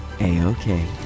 A-OK